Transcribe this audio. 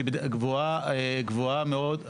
גבוהה מאוד,